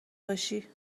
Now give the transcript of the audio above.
باشی